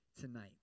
tonight